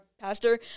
pastor